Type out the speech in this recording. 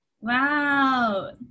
wow